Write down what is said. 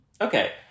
Okay